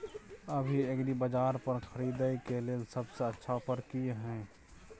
अभी एग्रीबाजार पर खरीदय के लिये सबसे अच्छा ऑफर की हय?